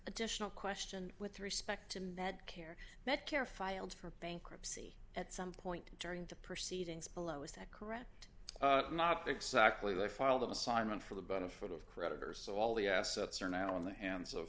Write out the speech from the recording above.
additional question with respect to medicare medicare filed for bankruptcy at some point during the proceedings below is that correct not exactly they filed an assignment for the benefit of creditors so all the assets are now in the hands of